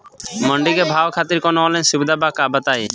मंडी के भाव खातिर कवनो ऑनलाइन सुविधा बा का बताई?